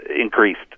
increased